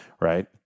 right